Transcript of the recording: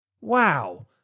Wow